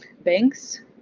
banks